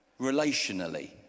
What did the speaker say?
relationally